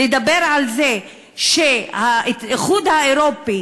לדבר על זה שהאיחוד האירופי